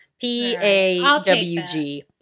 P-A-W-G